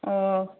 ꯑꯣ